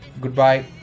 goodbye